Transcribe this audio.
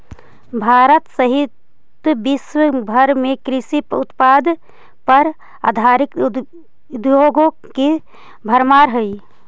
भारत सहित विश्व भर में कृषि उत्पाद पर आधारित उद्योगों की भरमार हई